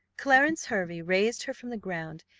clarence hervey raised her from the ground,